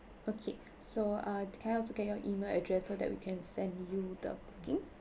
okay so uh can I also get your email address so that we can send you the booking